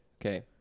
Okay